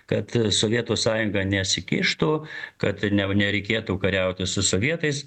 kad sovietų sąjunga nesikištų kad ne nereikėtų kariauti su sovietais